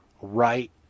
right